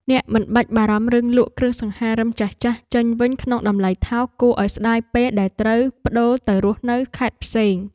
អ្នកមិនបាច់បារម្ភរឿងលក់គ្រឿងសង្ហារិមចាស់ៗចេញវិញក្នុងតម្លៃថោកគួរឱ្យស្ដាយពេលដែលត្រូវប្ដូរទៅរស់នៅខេត្តផ្សេង។